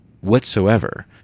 whatsoever